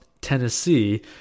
Tennessee